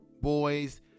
boys